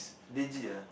legit ah